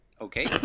Okay